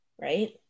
right